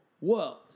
world